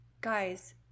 guys